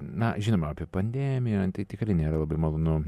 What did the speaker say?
na žinoma apie pandemiją tikrai nėra labai malonu